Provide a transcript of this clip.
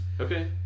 Okay